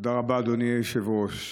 תודה רבה, אדוני היושב-ראש.